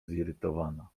zirytowana